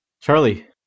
Charlie